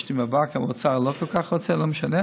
ויש לי מאבק, והאוצר לא כל כך רוצה, אבל לא משנה.